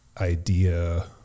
idea